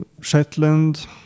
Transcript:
Shetland